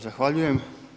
Zahvaljujem.